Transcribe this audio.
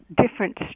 different